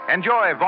Enjoy